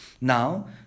Now